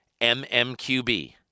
MMQB